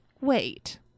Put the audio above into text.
Wait